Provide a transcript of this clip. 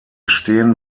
stehen